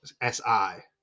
S-I